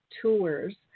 tours